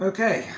Okay